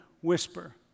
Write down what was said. whisper